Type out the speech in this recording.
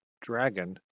dragon